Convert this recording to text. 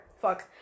Fuck